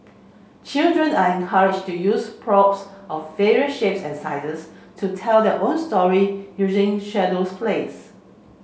children are encouraged to use props of various shapes and sizes to tell their own story using shadows plays